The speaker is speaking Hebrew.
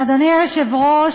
אדוני היושב-ראש,